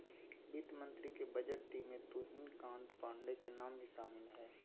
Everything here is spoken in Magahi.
वित्त मंत्री के बजट टीम में तुहिन कांत पांडे के नाम भी शामिल हइ